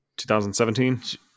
2017